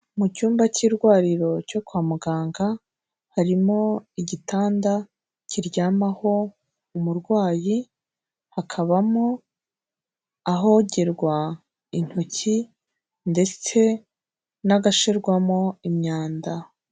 Mu cyumba cy'irwariro cyo kwa muganga harimo igitanda kiryamaho umurwayi, hakabamo ahogerwa intoki ndetse n'agashirwamo imyanda.